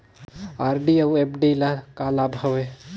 RD अऊ FD ल का लाभ हवे?